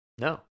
No